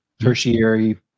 tertiary